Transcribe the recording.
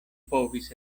povis